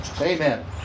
Amen